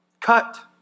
cut